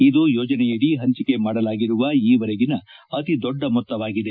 ಇದು ಯೋಜನೆಯಡಿ ಪಂಚಕೆ ಮಾಡಲಾಗಿರುವ ಈವರೆಗಿನ ಅತಿ ದೊಡ್ಡ ಮೊತ್ತವಾಗಿದೆ